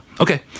okay